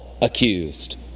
Accused